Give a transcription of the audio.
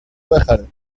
بخره